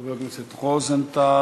חבר הכנסת רוזנטל,